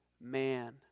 man